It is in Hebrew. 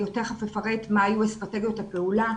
אני תיכף אפרט מה היו אסטרטגיות הפעולה.